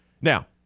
Now